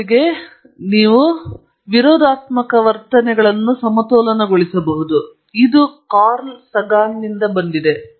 ಮೊದಲಿಗೆ ನೀವು ಎರಡು ತೋರಿಕೆಯಲ್ಲಿ ವಿರೋಧಾತ್ಮಕ ವರ್ತನೆಗಳನ್ನು ಸಮತೋಲನಗೊಳಿಸಬಹುದು ಇದು ಕಾರ್ಲ್ ಸಗಾನ್ನಿಂದ ಬಂದಿದೆ